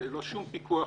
ללא שום פיקוח,